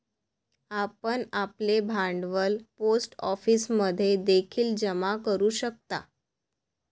आपण आपले भांडवल पोस्ट ऑफिसमध्ये देखील जमा करू शकता